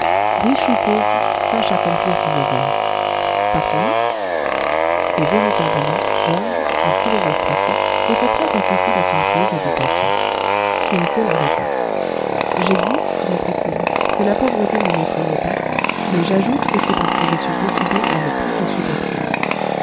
riche ou pauvre sache accomplir ton devoir partonsnous et véritablement wang en philosophe pratique était prêt à quitter la somptueuse habitation kin fo l'arrêta j'ai dit reprit-il que la pauvreté ne m'effrayait pas mais j'ajoute que c'est parce que je suis décidé à ne point la supporter